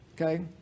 Okay